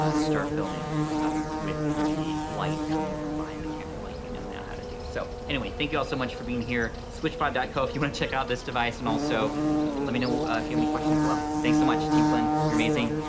ah start filming with the light coming from behind the camera like you know now how to do. so, anyway, thank you all so much for being here. switchpod co if you want to check out this device, and also let me know if you have any questions below. thanks so much, team flynn. you're amazing.